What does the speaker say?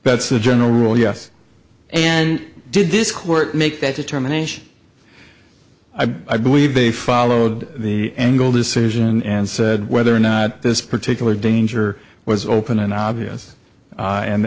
that's the general rule yes and did this court make that determination i believe they followed the engle decision and said whether or not this particular danger was open and obvious